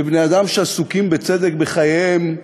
שבני-אדם שעסוקים, בצדק, בחייהם,